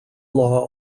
law